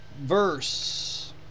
Verse